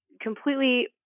completely